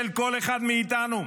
של כל אחד מאיתנו,